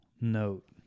note